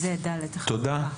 תודה.